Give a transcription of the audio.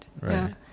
Right